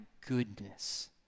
goodness